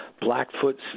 Blackfoot